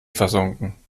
versunken